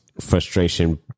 frustration